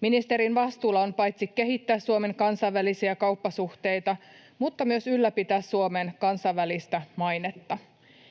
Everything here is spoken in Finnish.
Ministerin vastuulla on paitsi kehittää Suomen kansainvälisiä kauppasuhteita, myös ylläpitää Suomen kansainvälistä mainetta.